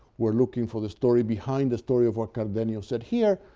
we're looking for the story behind the story of what cardenio said. here,